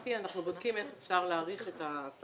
רשמתי שאנחנו בודקים איך אפשר להאריך את ההשגה.